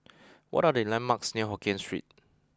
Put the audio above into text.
what are the landmarks near Hokien Street